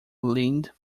leaned